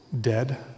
dead